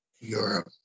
Europe